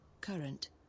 current